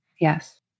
Yes